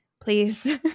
Please